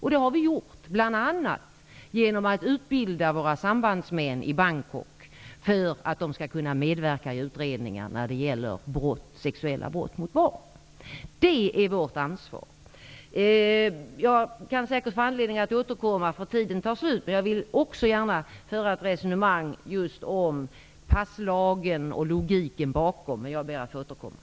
Detta har vi gjort bl.a. genom att utbilda våra sambandsmän i Bangkok för att de skall kunna medverka i utredningar när det gäller sexuella brott mot barn. Detta är vårt ansvar. Min taletid håller på att ta slut. Men jag vill också gärna föra ett resonemang om just passlagen och logiken bakom den, men jag ber att få återkomma.